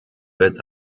wird